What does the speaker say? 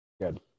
good